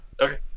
Okay